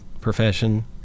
profession